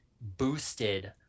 boosted